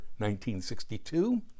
1962